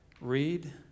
Read